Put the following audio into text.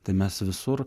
tai mes visur